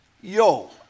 yo